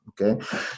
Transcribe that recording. okay